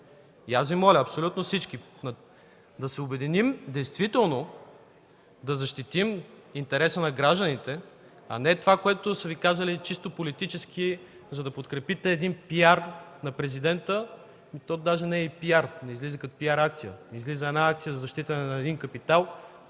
и аз Ви моля – абсолютно всички да се обединим, действително да защитим интереса на гражданите, а не това, което са Ви казали чисто политически, за да подкрепите един PR на Президента. И то даже не е и PR, не излиза като PR, излиза една акция за защита на един капитал,